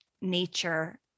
nature